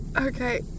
Okay